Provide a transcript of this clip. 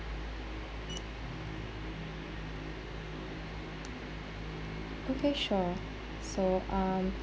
okay sure so um